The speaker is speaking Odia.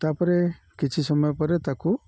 ତା'ପରେ କିଛି ସମୟ ପରେ ତାକୁ